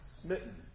smitten